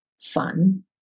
fun